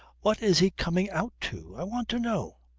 what is he coming out to, i want to know?